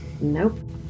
Nope